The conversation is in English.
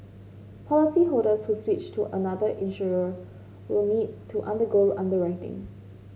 policyholders who switch to another insurer will need to undergo underwriting